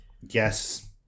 Yes